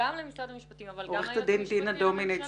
גם למשרד המשפטים אבל גם ליועץ המשפטי לממשלה.